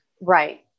Right